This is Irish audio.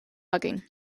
againn